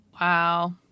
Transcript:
Wow